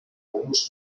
unos